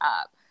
up